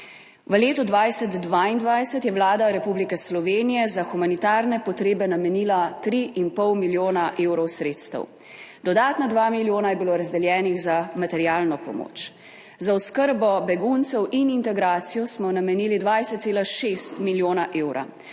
V letu 2022, je Vlada Republike Slovenije za humanitarne potrebe namenila 3 in po milijona evrov sredstev. Dodatna 2 milijona je bilo razdeljenih za materialno pomoč, za oskrbo beguncev in integracijo smo namenili 20,6 milijona evra,